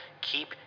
Keep